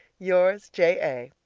yours, j. a.